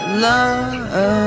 love